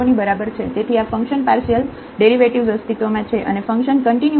તેથી આ function partial derivatives અસ્તિત્વમાં છે અને ફંક્શન કન્ટીન્યુઅસ છે